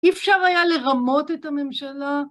אי אפשר היה לרמות את הממשלה?